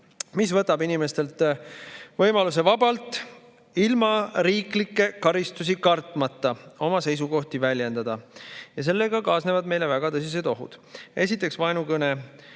mis võtab inimestelt võimaluse vabalt, ilma riiklikke karistusi kartmata oma seisukohti väljendada. Ja sellega kaasnevad meile väga tõsised ohud. Esiteks, vaenukõne